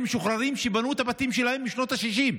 משוחררים שבנו את הבתים שלהם בשנות השישים.